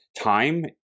time